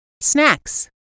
snacks